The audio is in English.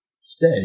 stay